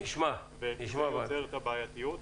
וזה יוצר את הבעייתיות.